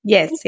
Yes